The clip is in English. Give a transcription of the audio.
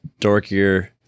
dorkier